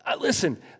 Listen